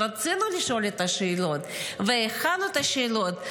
רצינו לשאול את השאלות והכנו את השאלות,